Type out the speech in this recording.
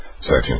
Section